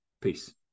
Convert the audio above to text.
Peace